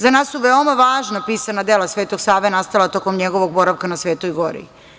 Za nas su veoma važna pisana dela Svetog Save nastala tokom njegovog boravka na Svetoj gori.